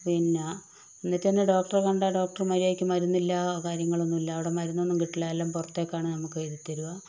പിന്നെ എന്നിട്ട് തന്നെ ഡോക്ടറെ കണ്ടാൽ ഡോക്ടർ മര്യാദക്ക് മരുന്നില്ല കാര്യങ്ങളൊന്നും ഇല്ല അവിടെ മരുന്നൊന്നും കിട്ടൂല എല്ലാം പുറത്തേക്കാണ് നമുക്ക് എഴുതിത്തരുക